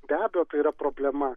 be abejo yra problema